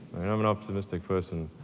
and an optimistic person,